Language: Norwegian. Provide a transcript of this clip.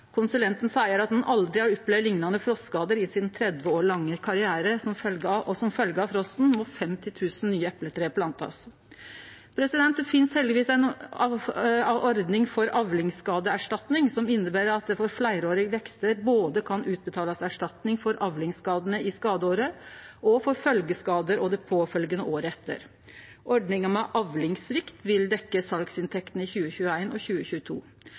Konsulenten seier at han aldri har opplevd liknande frostskader i sin 30 år lange karriere, og som følgje av frosten må 50 000 nye epletre plantast. Det finst heldigvis ei ordning for avlingsskadeerstatning, som inneber at det for fleirårige vekstar både kan utbetalast erstatning for avlingsskadane i skadeåret og for følgjeskader òg det påfølgjande året. Ordninga for avlingssvikt vil dekkje salsinntektene i 2021 og 2022.